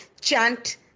chant